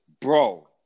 Bro